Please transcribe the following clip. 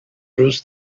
روز